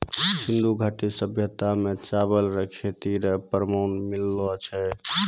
सिन्धु घाटी सभ्यता मे चावल रो खेती रो प्रमाण मिललो छै